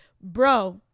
bro